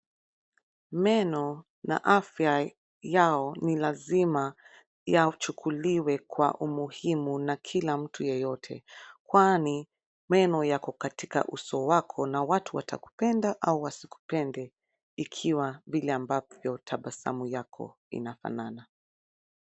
Meno na afya yao ni lazima yachukuliwe kwa umuhimu na kila mtu yeyote, kwani meno yako katika uso wako, na watu watakupenda au wasikupende, ikiwa vile ambavyo tabasamu yako inafanana.